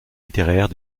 littéraire